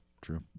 true